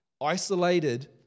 isolated